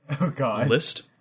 list